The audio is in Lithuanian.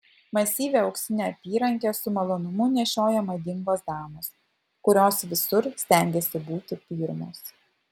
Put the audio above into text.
masyvią auksinę apyrankę su malonumu nešioja madingos damos kurios visur stengiasi būti pirmos